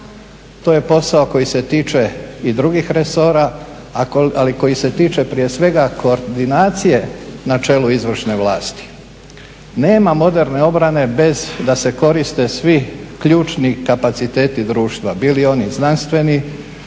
To je posao koji se tiče i drugih resora, ali koji se tiče prije svega koordinacije na čelu izvršne vlasti. Nema moderne obrane bez da se koriste svi ključni kapaciteti društva, bili oni znanstveni,